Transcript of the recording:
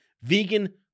vegan